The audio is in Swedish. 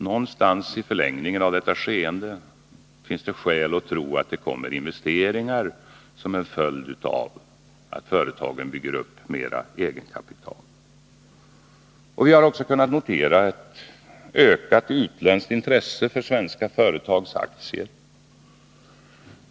Någonstans i förlängningen av detta skeende finns det skäl att tro att det kommer investeringar som en följd av att företagen bygger upp mera eget kapital. Vi har också kunnat notera ett ökat utländskt intresse för svenska företags aktier.